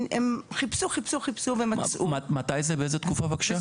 הם חיפשו חיפשו ומצאו --- מתי זה באיזה תקופה בבקשה?